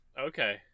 Okay